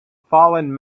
fallen